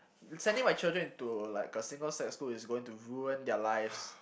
sending my children into like a single sex school is going to ruin their lives